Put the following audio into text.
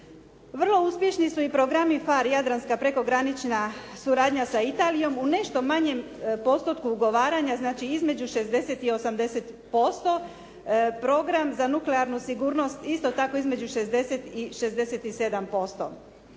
Vrlo uspješni su i programi PHARE jadranska prekogranična suradnja sa Italijom u nešto manjem postotku ugovaranja, znači između 60 i 80%. Program za nuklearnu sigurnost isto tako između 60 i 67%.